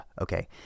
Okay